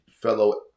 Fellow